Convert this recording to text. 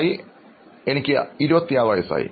അഭിമുഖം സ്വീകരിക്കുന്നയാൾ എനിക്ക് 26 വയസ്സായി